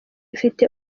ufite